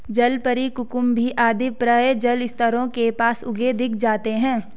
जलपरी, कुकुम्भी आदि प्रायः जलस्रोतों के पास उगे दिख जाते हैं